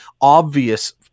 obvious